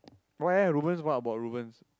why eh Rubens what about Rubens